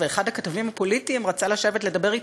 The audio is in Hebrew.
ואחד הכתבים הפוליטיים רצה לשבת לדבר,